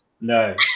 No